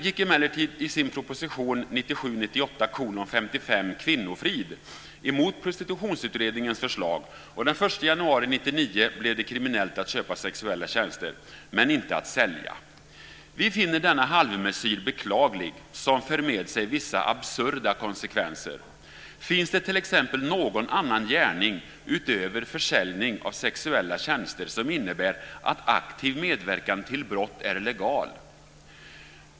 Vi finner denna halvmesyr beklaglig, och den för med sig vissa absurda konsekvenser. Finns det t.ex. någon annan gärning utöver försäljning av sexuella tjänster som innebär att aktiv medverkan till brott är legal?